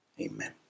Amen